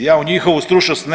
Ja u njihovu stručnost